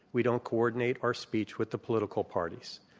we don't coordinate our speech with the political parties.